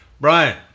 Brian